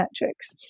metrics